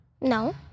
No